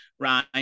right